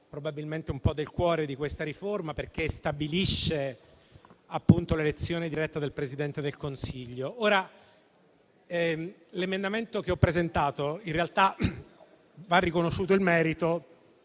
probabilmente del cuore di questa riforma, perché si stabilisce l'elezione diretta del Presidente del Consiglio. L'emendamento che ho presentato in realtà - va riconosciuto il merito